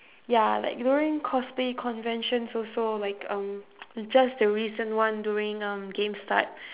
ya like during cosplay conventions also like um just the recent one during um gamestart